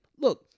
look